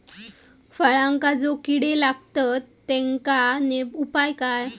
फळांका जो किडे लागतत तेनका उपाय काय?